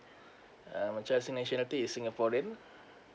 uh my child's nationality is singaporean